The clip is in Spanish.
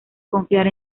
confiar